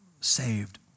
saved